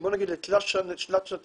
בית החולים ממש מהיווסדו,